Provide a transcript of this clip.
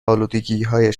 الودگیهای